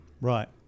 Right